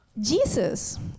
Jesus